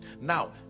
now